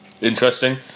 Interesting